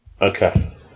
Okay